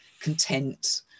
content